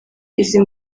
izi